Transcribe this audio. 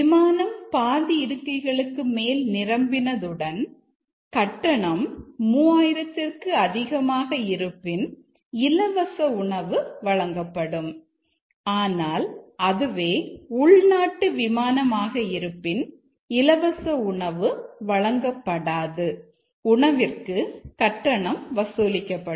விமானம் பாதி இருக்கைகளுக்கு மேல் நிரம்பினதுடன் கட்டணம் 3000 ற்கு அதிகமாக இருப்பின் இலவச உணவு வழங்கப்படும் ஆனால் அதுவே உள்நாட்டு விமானம் ஆக இருப்பின் இலவச உணவு வழங்கப்படாது உணவிற்கு கட்டணம் வசூலிக்கப்படும்